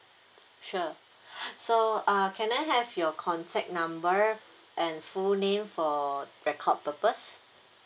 sure so uh can I have your contact number and full name for record purpose